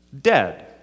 Dead